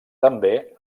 també